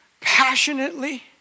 passionately